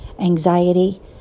anxiety